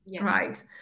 right